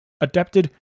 adapted